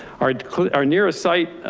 our co our nearest site,